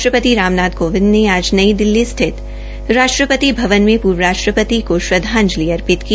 राष्ट्रपति राम नाथ कोविद ने आज नई दिल्ली स्थित राष्ट्रपति भवन में पूर्व राष्ट्रपति को श्रद्धांजलि अर्पित की